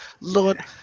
Lord